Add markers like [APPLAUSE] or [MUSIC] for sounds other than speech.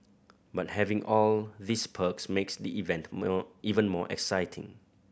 but having all these perks makes the event [UNINTELLIGIBLE] even more exciting